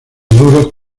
duros